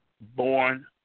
born